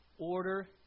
order